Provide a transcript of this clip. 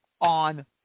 on